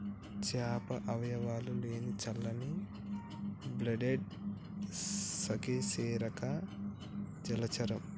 చేప అవయవాలు లేని చల్లని బ్లడెడ్ సకశేరుక జలచరం